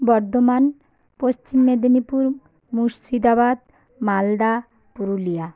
Bardhaman Paschim Medinipur Murshidabad Malda Purulia